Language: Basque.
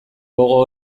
gogo